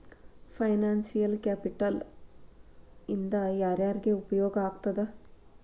Financial capital ಇಂದಾ ಯಾರ್ಯಾರಿಗೆ ಉಪಯೊಗಾಗ್ತದ?